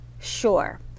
sure